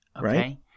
right